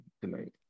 tonight